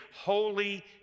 holy